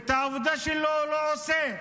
את העבודה שלו הוא לא עושה.